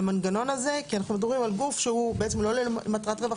המנגנון הזה כי אנחנו מדברים על גוף שהוא לא למטרת רווח,